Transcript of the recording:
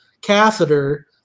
catheter